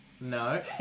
No